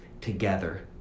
together